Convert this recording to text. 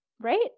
Right